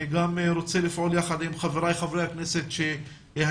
אני רוצה לפעול גם עם חבריי חברי הכנסת שהיו